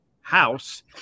house